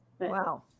Wow